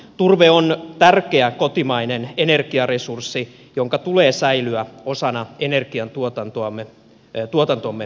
turve on tärkeä kotimainen energiaresurssi jonka tulee säilyä osana energiantuotantomme kokonaisuutta